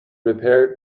repaired